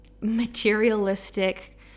materialistic